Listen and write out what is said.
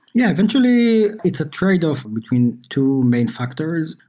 yeah. eventually, it's a tradeoff between two main factors.